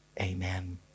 amen